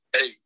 Hey